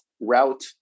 Route